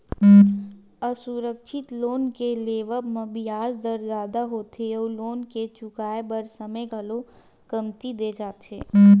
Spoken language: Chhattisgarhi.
असुरक्छित लोन के लेवब म बियाज दर जादा होथे अउ लोन ल चुकाए बर समे घलो कमती दे जाथे